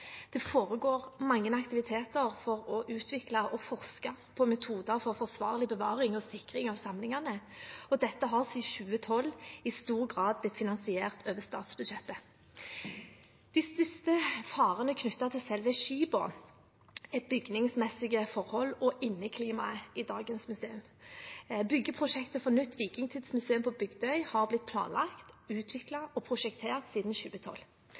Det foregår mange aktiviteter for å utvikle og forske på metoder for forsvarlig bevaring og sikring av samlingene. Dette har siden 2012 i stor grad blitt finansiert over statsbudsjettet. De største farene knyttet til selve skipene, er bygningsmessige forhold og inneklimaet i dagens museum. Byggeprosjektet for nytt vikingtidsmuseum på Bygdøy har blitt planlagt, utviklet og prosjektert siden 2012.